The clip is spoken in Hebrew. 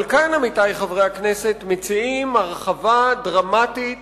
אבל כאן, עמיתי חברי הכנסת, מציעים הרחבה דרמטית